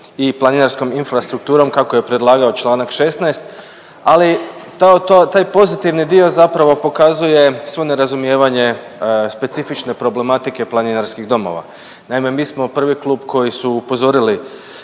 i planinarskom infrastrukturom kako je predlagao čl. 16., ali taj pozitivni dio zapravo pokazuje svo nerazumijevanje specifične problematike planinarskih domova. Naime, mi smo prvi klub koji su upozorili